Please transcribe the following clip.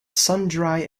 sundry